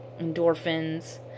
endorphins